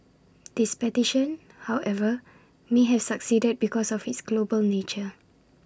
this petition however may have succeeded because of its global nature